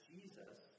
Jesus